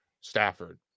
Stafford